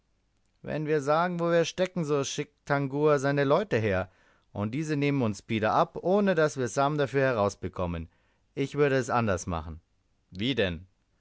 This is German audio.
wenn wir sagen wo wir stecken so schickt tangua seine leute her und diese nehmen uns pida ab ohne daß wir sam dafür herausbekommen ich würde es anders machen wie denn